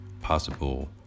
possible